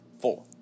four